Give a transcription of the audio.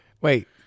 wait